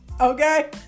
Okay